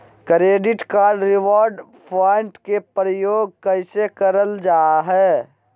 Credit card reward point के प्रयोग कैसे करल जा है?